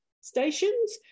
stations